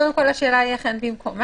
קודם כל, השאלה אכן במקומה.